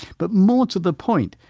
but more to the point,